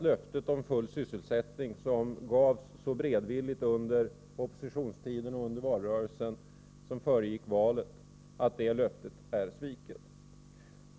Löftet om full sysselsättning, som gavs så beredvilligt under oppositionstiden och under valrörelsen som föregick valet, är sviket.